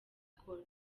akora